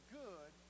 good